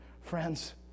Friends